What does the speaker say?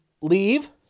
leave